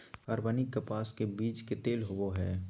कार्बनिक कपास के बीज के तेल होबो हइ